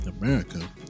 America